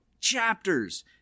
chapters